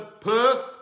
Perth